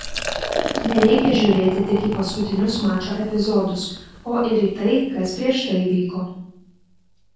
nereikia žiūrėti tik į paskutinius mačo epizodus o ir į tai kas prieš tai vyko